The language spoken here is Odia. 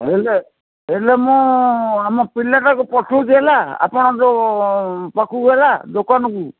ହେଲେ ହେଲେ ମୁଁ ଆମ ପିଲାଟାକୁ ପଠଉଛି ହେଲା ଆପଣଙ୍କ ପାଖକୁ ହେଲା ଦୋକାନକୁ